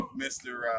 mr